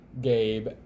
Gabe